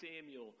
Samuel